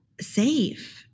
safe